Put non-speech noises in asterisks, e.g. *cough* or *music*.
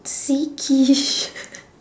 sickish *laughs*